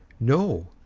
no.